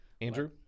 Andrew